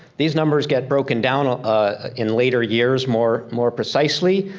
these numbers get broken down ah ah in later years more more precisely.